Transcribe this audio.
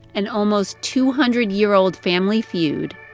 an almost two hundred year old family feud.